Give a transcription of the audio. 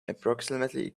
approximately